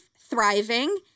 thriving